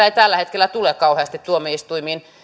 ei tällä hetkellä tule kauheasti tuomioistuimiin